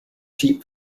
cheap